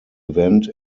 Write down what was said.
event